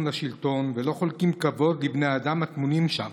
לשלטון ולא חולקים כבוד לבני האדם הטמונים שם.